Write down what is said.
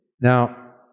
Now